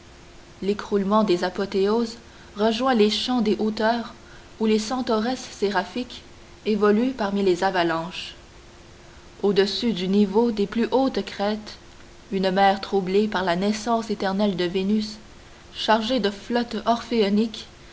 l'écroulement des apothéoses rejoint les champs des hauteurs où les centauresses séraphiques évoluent parmi les avalanches au-dessus du niveau des plus hautes crêtes une mer troublée par la naissance éternelle de vénus chargée de flottes